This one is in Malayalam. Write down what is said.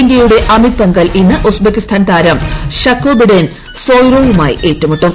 ഇന്ത്യയുടെ അമിത് പൻഗൽ ഇന്ന് ഉസ്ബെക്കിസ്ഥാൻ താരം ഷക്കോബിഡിൻ സോയ്റോവുമായി ഏറ്റുമുട്ടും